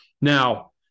now